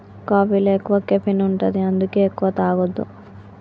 కాఫీలో ఎక్కువ కెఫీన్ ఉంటది అందుకే ఎక్కువ తాగొద్దు